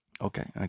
okay